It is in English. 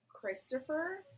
Christopher